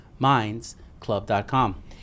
mindsclub.com